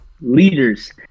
leaders